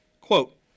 Quote